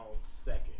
second